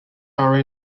are